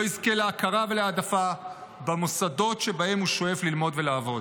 יזכה להכרה ולהעדפה במוסדות שבהם הוא שואף ללמוד ולעבוד.